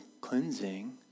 cleansing